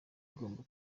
igomba